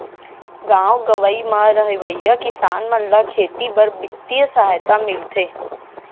गॉव गँवई म रहवइया किसान मन ल खेती बर बित्तीय सहायता मिलथे